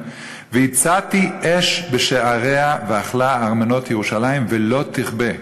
"והצתּי אש בשעריה ואכלה ארמנות ירושלם ולא תכבה".